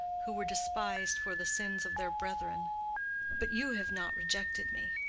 who were despised for the sins of their brethren but you have not rejected me.